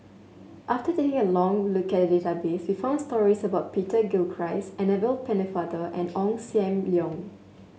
after taking a long look at database we found stories about Peter Gilchrist Annabel Pennefather and Ong Sam Leong